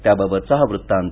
त्याबाबतचा हा वृत्तांत